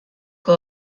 que